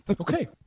Okay